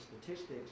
statistics